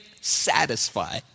satisfy